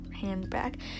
handbag